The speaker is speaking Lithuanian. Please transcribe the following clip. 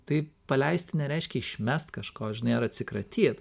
tai paleisti nereiškia išmest kažko žinai ar atsikratyt